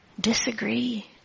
Disagree